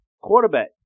quarterback